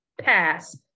pass